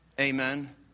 Amen